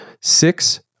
six